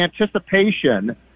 anticipation